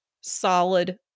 solid